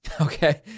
Okay